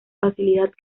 facilidad